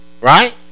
right